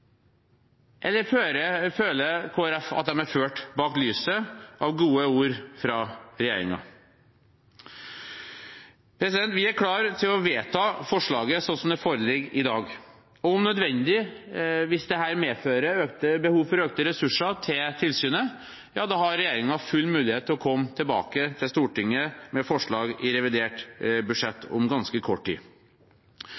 Eller føler Kristelig Folkeparti at de er ført bak lyset av gode ord fra regjeringen? Vi er klar til å vedta forslaget slik det foreligger i dag. Om nødvendig, hvis dette medfører behov for økte ressurser til tilsynet, har regjeringen full mulighet til å komme tilbake til Stortinget med forslag i revidert budsjett